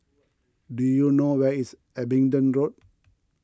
do you know where is Abingdon Road